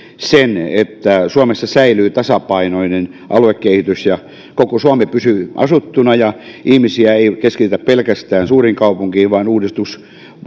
sen että suomessa säilyy tasapainoinen aluekehitys ja koko suomi pysyy asuttuna ja ihmisiä ei keskitetä pelkästään suuriin kaupunkeihin vaan uudistus